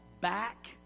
back